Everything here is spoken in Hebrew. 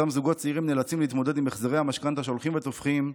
אותם זוגות צעירים נאלצים להתמודד עם החזרי המשכנתה שהולכים ותופחים,